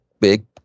big